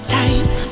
type